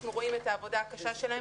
אנחנו רואים את העבודה הקשה שלהם